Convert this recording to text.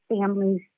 families